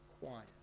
quiet